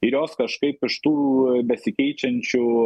ir jos kažkaip iš tų besikeičiančių